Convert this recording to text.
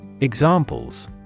Examples